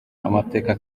amateka